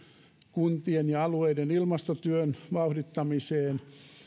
kuntien ja alueiden ilmastotyön vauhdittamiseen